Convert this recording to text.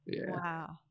wow